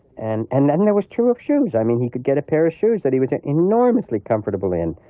and and then that was true of shoes. i mean, he could get a pair of shoes that he was enormously comfortable in,